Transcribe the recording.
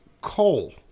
coal